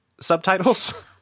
subtitles